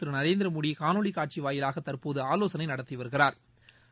திரு நரேந்திரமோடி காணொலி காட்சி வாயிலாக தற்போது ஆலோசனை நடத்தி வருகிறாா்